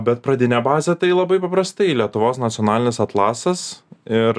bet pradinę bazę tai labai paprastai lietuvos nacionalinis atlasas ir